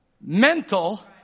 mental